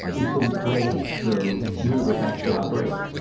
is the way the universe actually operates.